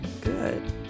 good